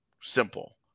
simple